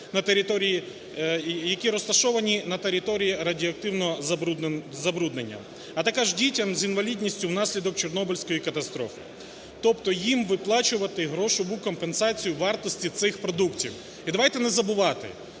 які розташовані на території радіоактивного забруднення, а також дітям з інвалідністю внаслідок Чорнобильської катастрофи. Тобто їм виплачувати грошову компенсацію вартості цих продуктів. І давайте не забувати,